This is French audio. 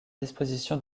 disposition